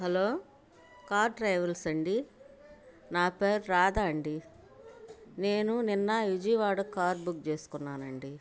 hello car travels అండి నా పేరు రాధ అండీ నేను నిన్న విజయవాడకు కార్ బుక్ చేసుకున్నాను అండి